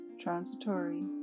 transitory